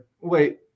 wait